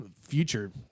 future